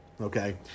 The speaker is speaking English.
Okay